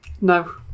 no